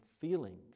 feelings